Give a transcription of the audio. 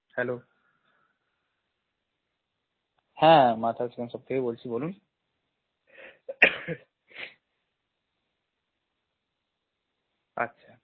hello হ্যাঁ মা তারা চিকেন শপ থেকে বলছি বলুন আচ্ছা